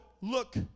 look